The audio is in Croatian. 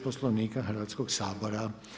Poslovnika Hrvatskog sabora.